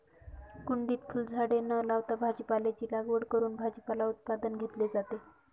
कुंडीत फुलझाडे न लावता भाजीपाल्याची लागवड करून भाजीपाला उत्पादन घेतले जाते